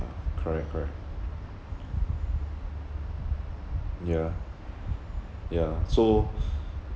ah correct correct yeah yeah so